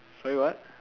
sorry what